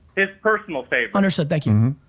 his personal favorite. understood, thank you.